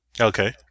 Okay